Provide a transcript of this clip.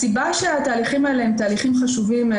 הסיבה שהתהליכים האלה הם תהליכים חשובים היא